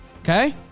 okay